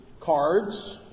cards